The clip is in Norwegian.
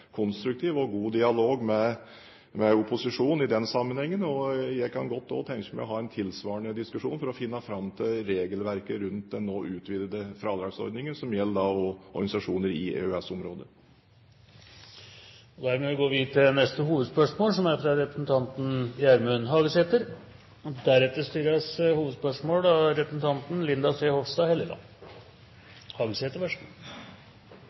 konstruktiv og god dialog med opposisjonen i den sammenhengen, og jeg kan godt tenke meg å ha en tilvarende diskusjon for å finne fram til regelverket rundt den nå utvidede fradragsordningen, som også gjelder organisasjoner i EØS-området. Vi går til neste hovedspørsmål. Robuste, effektive og gode kommunar er heilt avgjerande for at innbyggjarane skal få utført dei velferdstenestene – dei grunnleggjande velferdstenestene – som dei har krav på og